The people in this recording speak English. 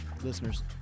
Listeners